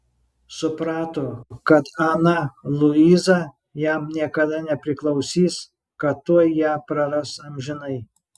suprato kad ana luiza jam niekada nepriklausys kad tuoj ją praras amžinai